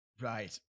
Right